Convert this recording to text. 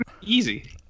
Easy